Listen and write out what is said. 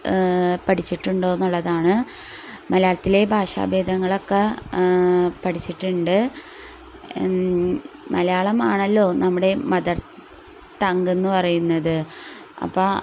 പഠിച്ചിട്ടുണ്ടോയെന്നുള്ളതാണ് മലയാളത്തിലെ ഭാഷാഭേദങ്ങളൊക്കെ പഠിച്ചിട്ടുണ്ട് മലയാളമാണല്ലോ നമ്മുടെ മദർ ടങ് എന്നു പറയുന്നത് അപ്പോൾ